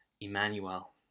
Emmanuel